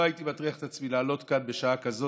לא הייתי מטריח את עצמי לעלות כאן בשעה כזאת,